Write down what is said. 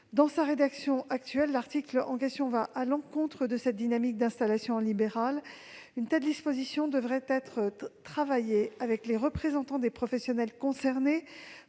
dans sa rédaction actuelle, cet article va à l'encontre de cette dynamique d'installation. Une telle disposition devrait être travaillée de concert avec les représentants des professionnels concernés